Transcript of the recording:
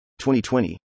2020